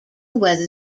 whether